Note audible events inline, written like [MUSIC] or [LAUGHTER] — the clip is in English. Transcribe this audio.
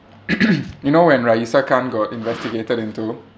[COUGHS] you know when raeesah khan got investigated into